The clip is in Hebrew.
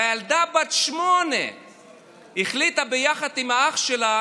הילדה בת השמונה החליטה יחד עם אח שלה